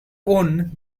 one